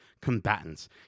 combatants